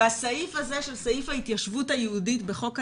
הסעיף הזה של סעיף ההתיישבות היהודית בחוק הלאום,